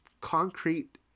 concrete